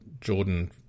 Jordan